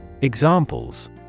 Examples